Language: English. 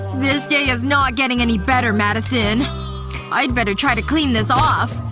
this day is not getting any better, madison i'd better try to clean this off